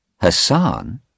Hassan